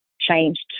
changed